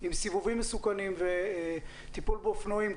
עם סיבובים מסוכנים וטיפול באופנועים,